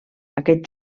aquest